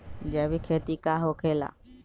जैविक खेती का होखे ला?